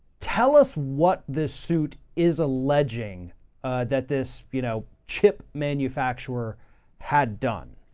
tell us what the suit is alleging that this, you know, chip manufacturer had done.